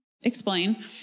explain